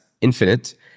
infinite